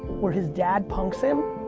where his dad punks him,